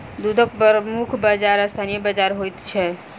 दूधक प्रमुख बाजार स्थानीय बाजार होइत छै